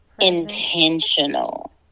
intentional